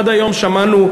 עד היום שמענו,